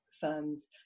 firms